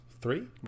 three